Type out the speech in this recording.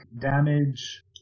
damage